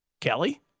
Kelly